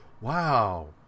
wow